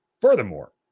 Furthermore